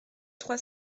trois